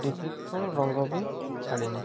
defect କ'ଣ ରଙ୍ଗ ବି ଛାଡ଼ିନି